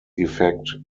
effect